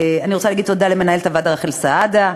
אני רוצה להגיד תודה למנהלת הוועדה רחל סעדה,